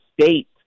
State